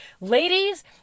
ladies